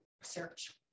search